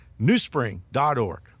newspring.org